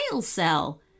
cell